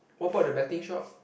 what about the betting shop